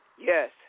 Yes